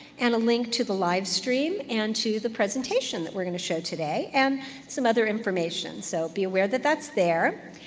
and a link to the live stream and to the presentation that we're going to show today, and some other information. so be aware that that's there,